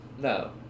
no